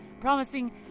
promising